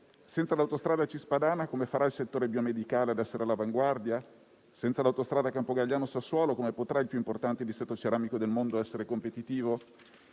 Senza l'autostrada cispadana come farà il settore biomedicale a essere all'avanguardia? Senza l'autostrada Campogalliano-Sassuolo come potrà il più importante distretto ceramico del mondo essere competitivo?